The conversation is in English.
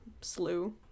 slew